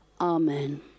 Amen